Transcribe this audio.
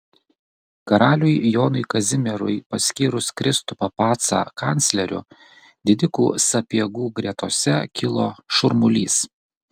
karaliui jonui kazimierui paskyrus kristupą pacą kancleriu didikų sapiegų gretose kilo šurmulys